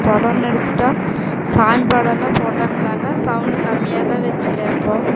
படன்னு எடுத்துகிட்டா சாமி படோலாம் போட்டாகங்கன்னால் சவுண்டு கம்மியாகதான் வெச்சு கேட்போம்